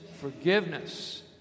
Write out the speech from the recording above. forgiveness